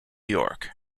york